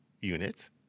Units